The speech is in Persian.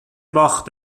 باخت